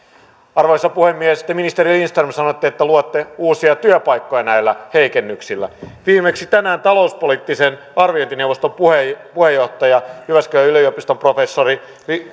arvoisa puhemies te ministeri lindström sanoitte että luotte uusia työpaikkoja näillä heikennyksillä viimeksi tänään talouspoliittisen arviointineuvoston puheenjohtaja jyväskylän yliopiston professori